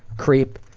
creep,